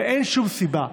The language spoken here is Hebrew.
ואין שום סיבה.